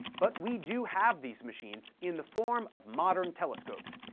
but we do have these machines in the form of modern telescopes,